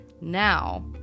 Now